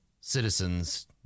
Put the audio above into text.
Citizens